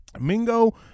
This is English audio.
Mingo